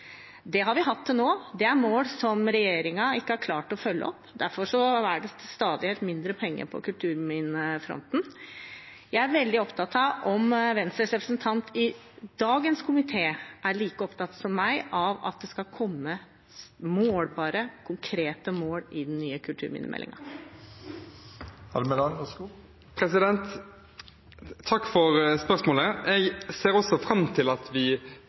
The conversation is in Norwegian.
Det har vi hatt til nå. Det er mål som regjeringen ikke har klart å følge opp. Derfor er det stadig mindre penger på kulturminnefronten. Jeg er veldig opptatt av å vite om Venstres representant i dagens komité er like opptatt som meg av at det skal komme målbare, konkrete mål i den nye kulturminnemeldingen. Takk for spørsmålet. Jeg ser også fram til at vi etter hvert til våren skal begynne å lukte litt mer på denne kulturminnemeldingen, som vi